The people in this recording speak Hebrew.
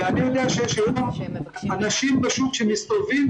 אני יודע שיש אנשים בשוק שמסתובבים